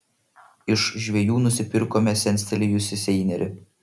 iš žvejų nusipirkome senstelėjusį seinerį